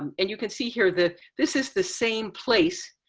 um and you can see here that this is the same place.